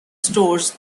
stores